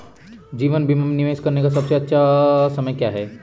जीवन बीमा में निवेश करने का सबसे अच्छा समय क्या है?